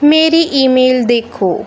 ਮੇਰੀ ਈਮੇਲ ਦੇਖੋ